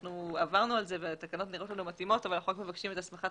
אנחנו עברנו על זה והתקנות נראות מתאימות אבל מבקשים את הסמכת